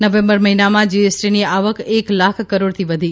November મહિનામાં જીએસટીની આવક એક લાખ કરોડથી વધી